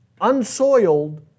unsoiled